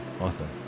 Awesome